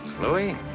Louis